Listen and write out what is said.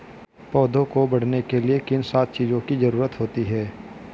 पौधों को बढ़ने के लिए किन सात चीजों की जरूरत होती है?